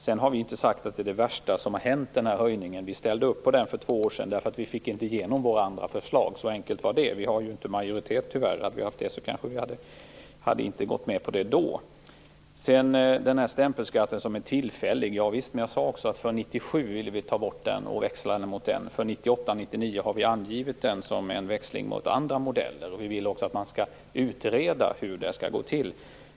Vi har inte sagt att höjningen av fastighetsskatten är det värsta som hänt. För två år sedan ställde vi upp på den höjningen, därför att vi då inte fick igenom våra andra förslag. Så enkelt var det med den saken. Vi har tyvärr inte majoritet. Hade vi haft det hade vi kanske inte gått med på det då. Lars Hedfors. Ja visst, men jag sade också att vi ville ta bort den 1997. För 1998 och 1999 har vi angivit att vi vill växla den mot andra modeller. Vi vill också att man skall utreda hur det skall gå till.